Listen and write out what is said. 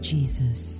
Jesus